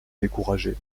décourager